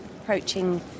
Approaching